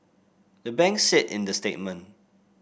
the banks said in the statement